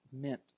meant